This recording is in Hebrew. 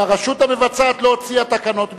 והרשות המבצעת לא הוציאה תקנות ביצוע.